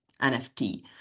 NFT